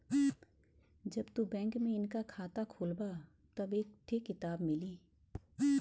जब तू बैंक में नइका खाता खोलबा तब एक थे किताब मिली